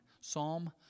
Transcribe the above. Psalm